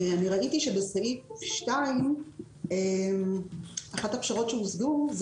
ראיתי שבסעיף 2 אחת הפשרות שהושגו היא